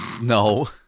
No